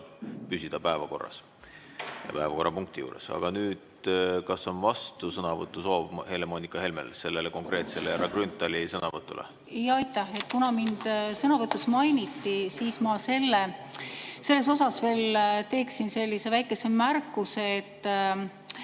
püsida päevakorra ja päevakorrapunkti juures. Aga nüüd, kas on vastusõnavõtu soov Helle‑Moonika Helmel sellele konkreetsele härra Grünthali sõnavõtule? Aitäh! Kuna mind sõnavõtus mainiti, siis ma teeksin sellise väikese märkuse, et